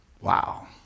Wow